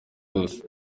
yose